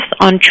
on